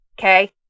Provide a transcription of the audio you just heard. okay